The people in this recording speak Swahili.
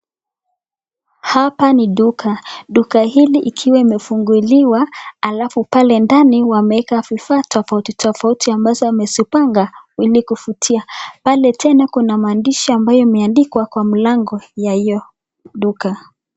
Hapa ni duka, duka hili ikiwa imefunguliwa alafu pale ndani wameeka vifaa tofauti tofauti ambazo amezipanga ili kuvutia. Pale tena kuna maandishi ambayo imeandikwa kwa mlango ya hiyo duka.